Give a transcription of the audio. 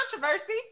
controversy